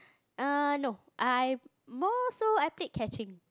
err no I more so I played catching